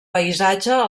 paisatge